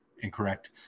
incorrect